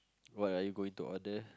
what are you going to order